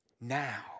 Now